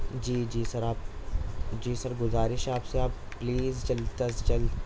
جی جی سر آپ جی سر گزارش ہے آپ سے آپ پلیز جلد از جلد